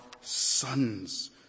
sons